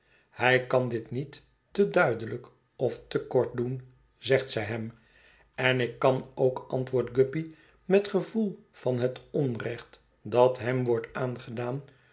hij kan dit niet te duidelijk of te kort doen zegt zij hem en ik kan ook antwoordt guppy met gevoel van het onrecht dat hem wordt aangedaan